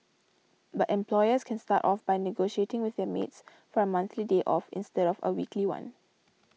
but employers can start off by negotiating with their maids for a monthly day off instead of a weekly one